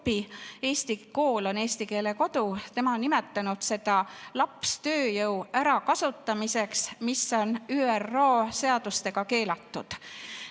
"Eesti kool on eesti keele kodu", nimetanud lapstööjõu kasutamiseks, mis on ÜRO seadustega keelatud.